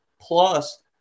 plus